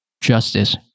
justice